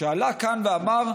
הוא עלה לכאן ואמר: